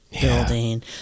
building